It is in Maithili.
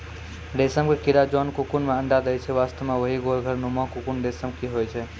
रेशम के कीड़ा जोन ककून मॅ अंडा दै छै वास्तव म वही गोल घर नुमा ककून रेशम के होय छै